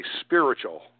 spiritual